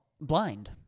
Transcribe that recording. blind